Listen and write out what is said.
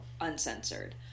uncensored